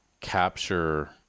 capture